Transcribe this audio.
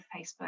Facebook